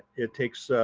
it takes